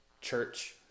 church